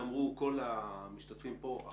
וכמו שאמרו כל המשתתפים פה,